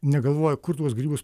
negalvoja kur tuos grybus